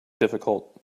difficult